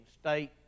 state